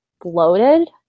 bloated